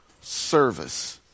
service